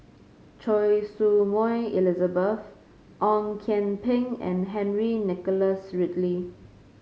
Choy Su Moi Elizabeth Ong Kian Peng and Henry Nicholas Ridley